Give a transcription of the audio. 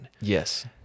Yes